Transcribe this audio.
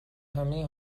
همه